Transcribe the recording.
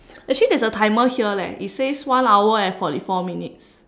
actually there's a timer here leh it says one hour and forty four minutes